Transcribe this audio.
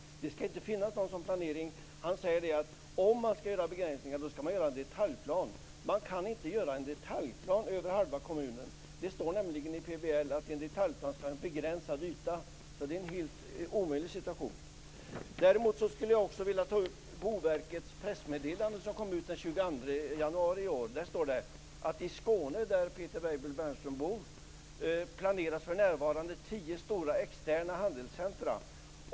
Det skall inte finnas någon sådan planering. Han säger att om man skall göra begränsningar skall man göra en detaljplan. Men man kan inte göra en detaljplan över halva kommunen. Det står nämligen i PBL att en detaljplan skall ha en begränsad yta. Det är alltså en helt omöjlig situation. Jag skulle också vilja ta upp Boverkets pressmeddelande som kom ut den 22 januari i år. Där står det att i Skåne, där Peter Weibull Bernström bor, planeras för närvarande tio stora externa handelscentrum.